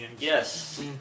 Yes